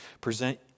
present